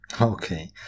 Okay